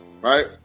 right